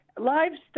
livestock